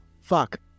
fuck